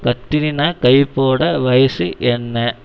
கத்ரீனா கைஃபோட வயசு என்ன